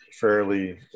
fairly